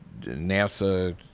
NASA